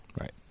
right